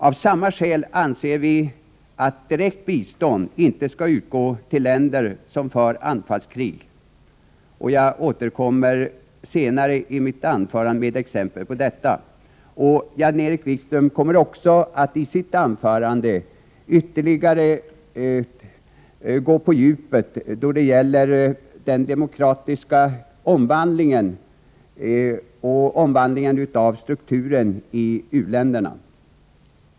Av samma skäl anser vi att direkt bistånd inte skall utgå till länder som för anfallskrig. Jag återkommer senare i mitt anförande med exempel på detta. Jan-Erik Wikström kommer också i sitt anförande att ytterligare gå på djupet då det gäller den demokratiska omvandlingen av strukturen i u-länderna.